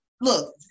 Look